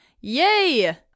Yay